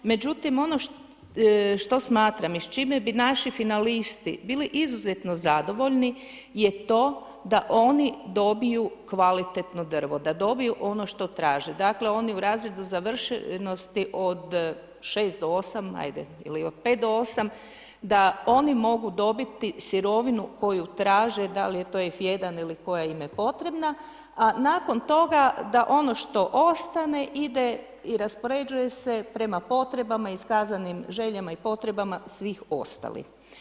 Međutim, ono što smatram i s čime bi naši finalisti bili izuzetno zadovoljni je to da oni dobiju kvalitetno drvo, da dobiju ono što traže, dakle oni u razredu završenosti od 6 do 8 ajde, ili od 5 do 8, da oni mogu dobiti sirovinu koju traže, da li je to F1 ili koja im je potrebna a nakon toga da ono što ostane, ide i raspoređuje se prema potrebama iskazanim željama i potrebama svih ostalih.